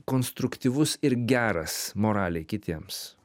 konstruktyvus ir geras moraliai kitiems